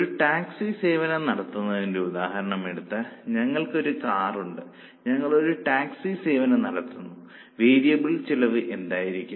ഒരു ടാക്സി സേവനം നടത്തുന്നതിന്റെ ഉദാഹരണമെടുത്താൽ ഞങ്ങൾക്ക് ഒരു കാർ ഉണ്ട് ഞങ്ങൾ ഒരു ടാക്സി സേവനം നടത്തുന്നു വേരിയബിൾ ചെലവ് എന്തായിരിക്കും